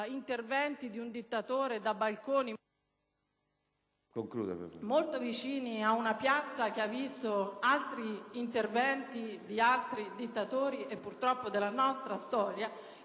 interventi di un dittatore da balconi molto vicini ad una piazza che ha visto altri interventi di altri dittatori purtroppo appartenenti alla nostra storia.